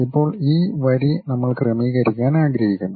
ഇപ്പോൾ ഈ വരി നമ്മൾ ക്രമീകരിക്കാൻ ആഗ്രഹിക്കുന്നു